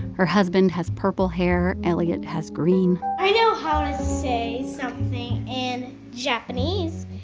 her husband has purple hair. elliott has green i know how to say something in japanese.